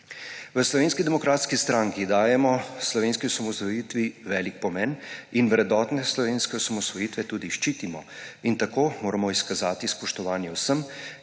V Slovenski demokratski stranki dajemo slovenski osamosvojitvi velik pomen in vrednote slovenske osamosvojitve tudi ščitimo. In tako moramo izkazati spoštovanje vsem,